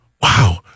Wow